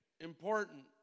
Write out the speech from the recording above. important